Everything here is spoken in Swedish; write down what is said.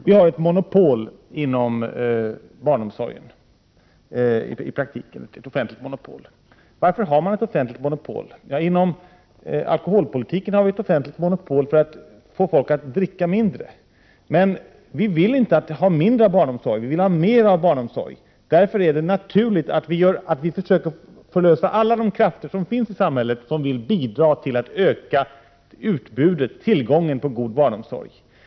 Vi har i praktiken ett offentligt monopol inom barnomsorgen. Varför har vi ett offentligt monopol? Inom alkoholpolitiken har vi ett offentligt monopol för att få folk att dricka mindre alkohol. Men vi vill inte ha mindre barnomsorg, vi vill ha mer barnomsorg. Därför är det naturligt att vi försöker förlösa alla de krafter som finns i samhället och som vill bidra till att öka tillgången på god barnomsorg.